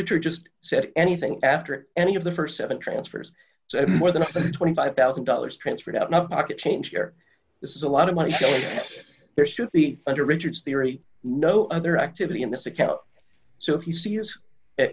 richard just said anything after any of the st seven transfers so more than twenty five thousand dollars transferred out not pocket change here this is a lot of money that there should be under richard's theory no other activity in this account so if you see as